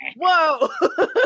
whoa